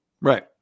Right